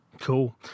cool